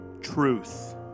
Truth